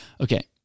Okay